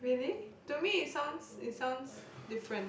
really to me it sounds it sounds different